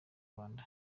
rwanda